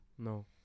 no